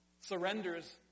surrenders